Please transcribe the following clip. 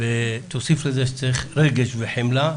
וגם רגש, חמלה.